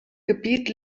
gebiet